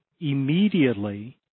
immediately